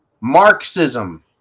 Marxism